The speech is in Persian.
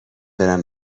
برم